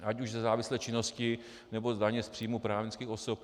Ať už ze závislé činnosti, nebo daně z příjmu právnických osob.